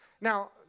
Now